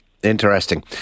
Interesting